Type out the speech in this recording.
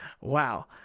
wow